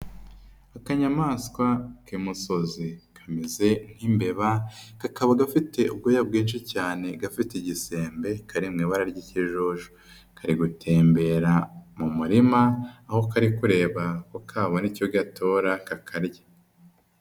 Akanyamaswa k'imusozi kameze nk'imbeba, kakaba gafite ubwoya bwinshi cyane, gafite igisembe, kari mu ibara ry'ikijuju, kari gutembera mu murima, aho kari kureba ko kabone icyo gatora, kakarya.